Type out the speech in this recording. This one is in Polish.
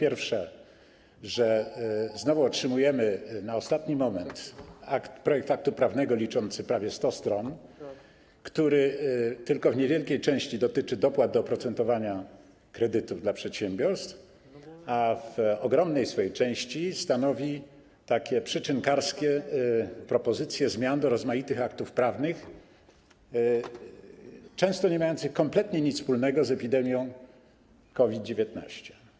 Po pierwsze, dlatego że znowu otrzymujemy na ostatni moment projekt aktu prawnego liczący prawie 100 stron, który tylko w niewielkiej części dotyczy dopłat do oprocentowania kredytów dla przedsiębiorstw, a w ogromnej części stanowi takie przyczynkarskie propozycje zmian do rozmaitych aktów prawnych, często niemających kompletnie nic wspólnego z epidemią COVID-19.